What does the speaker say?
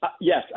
yes